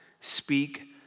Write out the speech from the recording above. speak